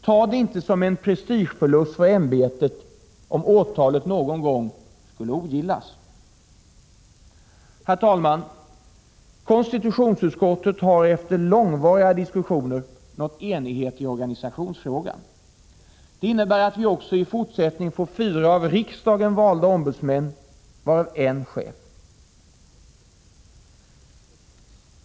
Tag det inte som en prestigeförlust för ämbetet om åtalet någon gång skulle ogillas. Herr talman! Konstitutionsutskottet har efter långvariga diskussioner nått enighet i organisationsfrågan. Det innebär att vi också i fortsättningen får fyra av riksdagen valda ombudsmän, varav en chef.